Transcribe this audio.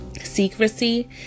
secrecy